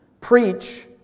Preach